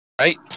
right